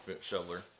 shoveler